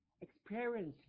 experience